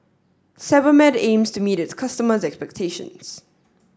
Sebamed aims to meet its customers' expectations